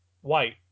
white